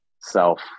self